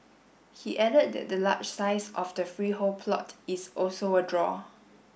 he added that the large size of the freehold plot is also a draw